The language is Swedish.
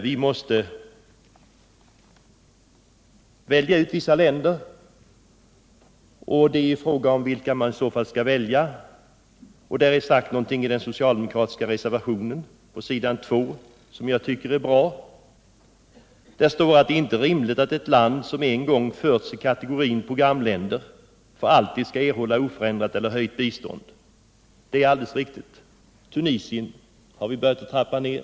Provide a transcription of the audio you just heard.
Vi måste välja ut vissa länder. Frågan är då vilka länder vi skall välja. I den socialdemokratiska reservationen 2 står något som jag tycker är bra: ”Det är inte rimligt att ett land som en gång förts till kategorin programländer för alltid skall erhålla oförändrat eller höjt bistånd.” Det är alldeles riktigt. Biståndet till Tunisien har vi börjat trappa ned.